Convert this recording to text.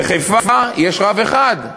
בחיפה יש רב אחד,